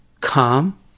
calm